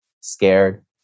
scared